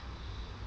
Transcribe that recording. mm